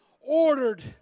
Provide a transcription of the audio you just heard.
ordered